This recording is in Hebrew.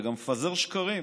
אתה גם מפזר שקרים,